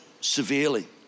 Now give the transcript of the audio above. severely